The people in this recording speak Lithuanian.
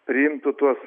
priimtų tuos